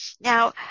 Now